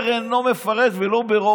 ואתה ניסית לתווך כדי שהעניין הזה יבוא